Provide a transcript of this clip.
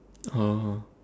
oh